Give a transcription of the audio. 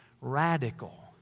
radical